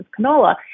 canola